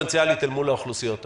דיפרנציאלית אל מול האוכלוסיות האלה.